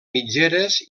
mitgeres